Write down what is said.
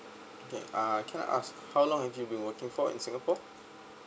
okay uh can I ask how long have you been working for in singapore